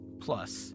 Plus